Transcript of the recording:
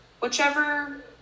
whichever